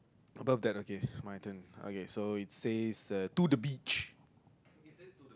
above that okay it's my turn okay so it says that to the beach